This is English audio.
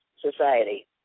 society